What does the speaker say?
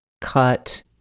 cut